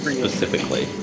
specifically